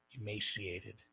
emaciated